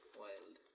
wild